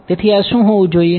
તેથી આ શું હોવું જોઈએ